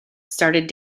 started